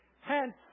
Hence